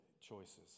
choices